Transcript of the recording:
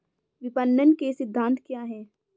विपणन के सिद्धांत क्या हैं?